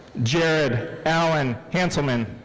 jared alan hantlemann.